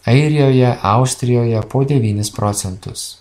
airijoje austrijoje po devynis procentus